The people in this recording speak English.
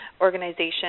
organization